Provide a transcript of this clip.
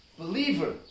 believer